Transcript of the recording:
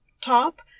top